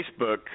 Facebook